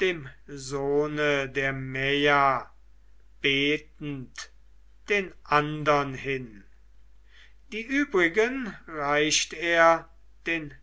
dem sohne der maia betend den andern hin die übrigen reicht er den